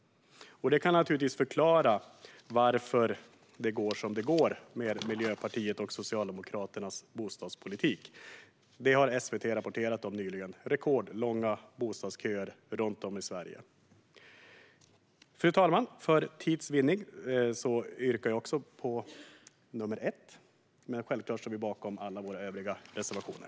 Det kan naturligtvis förklara varför det går som det går med Miljöpartiets och Socialdemokraternas bostadspolitik. Det har SVT rapporterat om nyligen: rekordlånga bostadsköer runt om i Sverige. Fru talman! För tids vinnande yrkar jag bifall till reservation 1. Självklart står vi bakom alla våra övriga reservationer.